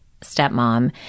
stepmom